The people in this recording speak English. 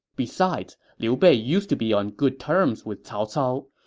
besides, liu bei used to be on good terms with cao cao.